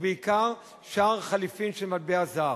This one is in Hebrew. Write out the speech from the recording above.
ובעיקר שער חליפין של מטבע זר.